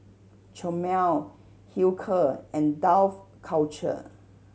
Chomel Hilker and Dough Culture